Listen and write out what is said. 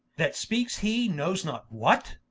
that speakes he knowes not what